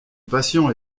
patient